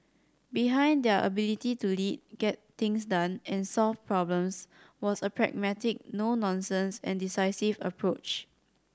behind their ability to lead get things done and solve problems was a pragmatic no nonsense and decisive approach